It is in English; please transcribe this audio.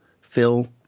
Phil